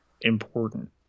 important